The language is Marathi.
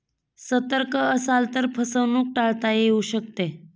सतर्क असाल तर फसवणूक टाळता येऊ शकते